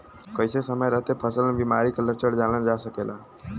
कइसे समय रहते फसल में बिमारी के लक्षण जानल जा सकेला?